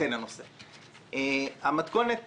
המתכונת